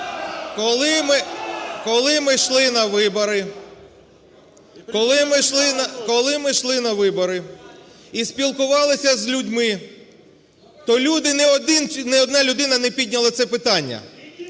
Коли ми йшли на вибори і спілкувалися з людьми, то ні одна людина не підняла це питання.